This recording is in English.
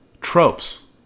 Tropes